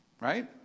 right